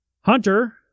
Hunter